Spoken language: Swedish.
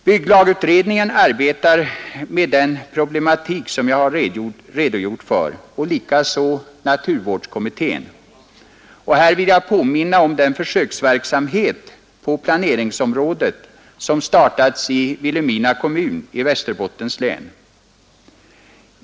Bygglagutredningen arbetar med den problematik som jag har redogjort för och likaså naturvårdskommittén, och här vill jag påminna om den försöksverksamhet på planeringsområdet som startats i Vilhelmina kommun i Västerbottens län.